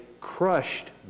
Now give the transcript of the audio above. crushed